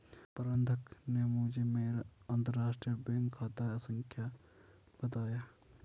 प्रबन्धक ने मुझें मेरा अंतरराष्ट्रीय बैंक खाता संख्या बताया